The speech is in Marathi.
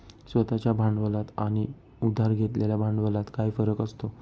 स्वतः च्या भांडवलात आणि उधार घेतलेल्या भांडवलात काय फरक असतो?